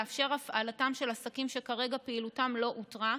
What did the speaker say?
לאפשר הפעלתם של עסקים שכרגע פעילותם לא הותרה,